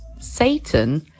Satan